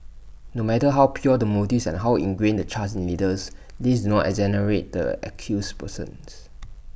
no matter how pure the motives and how ingrained the trust in leaders these do not exonerate the accused persons